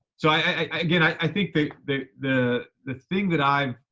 so i, again, i think think that the, the thing that i've,